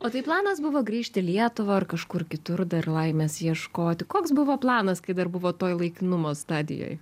o tai planas buvo grįžt į lietuvą ar kažkur kitur dar laimės ieškoti koks buvo planas kai dar buvot toj laikinumo stadijoj